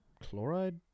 chloride